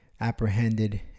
apprehended